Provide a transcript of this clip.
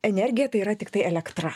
energija tai yra tiktai elektra